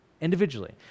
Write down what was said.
individually